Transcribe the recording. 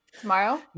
tomorrow